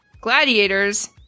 Gladiators